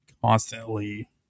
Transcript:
constantly